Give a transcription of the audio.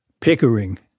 Pickering